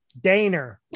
Daner